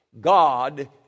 God